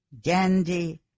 dandy